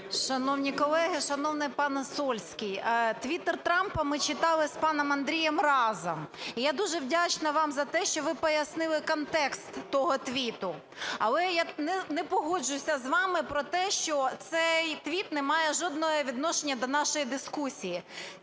Шановні колеги, шановний пане Сольський! Твітер Трампа ми читали з паном Андрієм разом. І я дуже вдячна вам за те, що ви пояснили контекст того твіту. Але я не погоджуся з вами про те, що цей твіт не має жодного відношення до нашої дискусії.